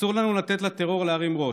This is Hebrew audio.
אסור לנו לתת לטרור להרים ראש.